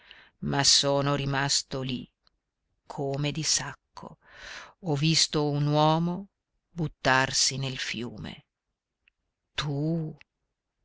ma sono rimasto lì come di sacco ho visto un uomo buttarsi nel fiume tu